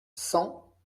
cent